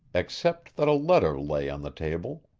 except that a letter lay on the table.